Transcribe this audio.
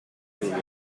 другая